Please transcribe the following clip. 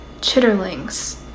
chitterlings